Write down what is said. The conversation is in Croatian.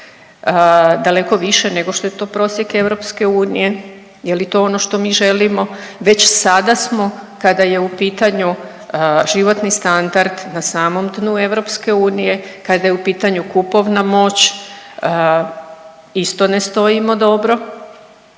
daleko više nego što je to prosjek EU. Je li to ono što mi želimo? Već sada smo kada je u pitanju životni standard na samom dnu EU kada je u pitanju kupovna moć isto ne stojimo dobro.